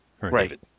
Right